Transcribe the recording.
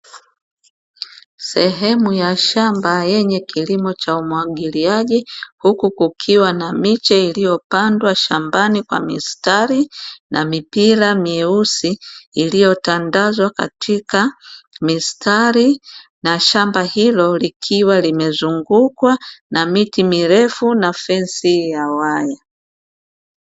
Sehemu ya shamba yenye kilimo cha umwagiliaji, huku kukiwa na miche iliyo pandwa shambani kwa mistari na mipira meusi iliyo tandazwa katika mistari, na shamba hilo likiwa limezungukwa na miti mirefu na fensi ya wani.